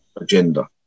agenda